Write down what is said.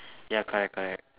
ya correct correct